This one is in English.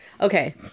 Okay